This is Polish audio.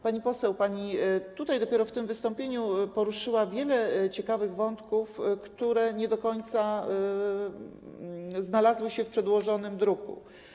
Pani poseł, pani tutaj dopiero, w tym wystąpieniu, poruszyła wiele ciekawych wątków, które nie do końca znalazły się w przedłożonym druku.